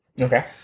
Okay